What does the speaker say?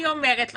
אני אומרת לך,